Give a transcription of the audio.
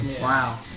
wow